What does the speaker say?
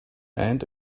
and